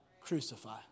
Crucify